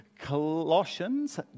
Colossians